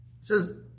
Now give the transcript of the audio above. says